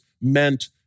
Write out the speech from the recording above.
meant